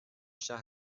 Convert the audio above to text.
شهر